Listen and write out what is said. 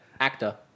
Actor